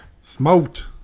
smoked